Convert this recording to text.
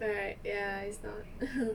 right ya it's not